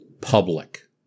public